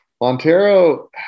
Montero